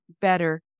better